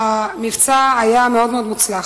שהמבצע היה מאוד מאוד מוצלח.